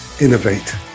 innovate